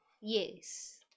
Yes